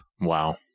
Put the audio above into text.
Wow